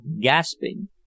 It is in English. gasping